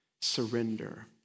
surrender